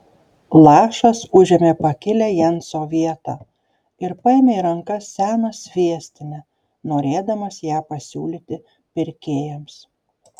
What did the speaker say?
lašas užėmė pakilią jenso vietą ir paėmė į rankas seną sviestinę norėdamas ją pasiūlyti pirkėjams